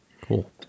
Cool